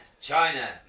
China